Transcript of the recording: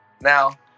Now